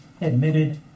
admitted